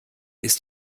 ist